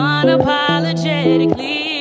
Unapologetically